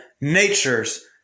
natures